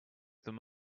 them